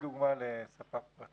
תני לי דוגמה לספק כזה.